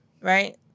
right